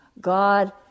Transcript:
God